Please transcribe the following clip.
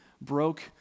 broke